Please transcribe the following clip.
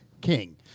King